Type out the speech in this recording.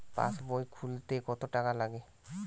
পাশবই খুলতে কতো টাকা লাগে?